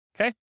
okay